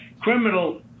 criminal